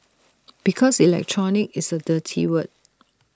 because electronic is A dirty word